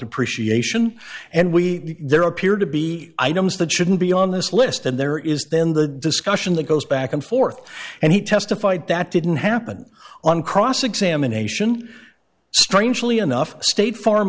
depreciation and we there appear to be items that shouldn't be on this list and there is then the discussion that goes back and forth and he testified that didn't happen on cross examination strangely enough state farm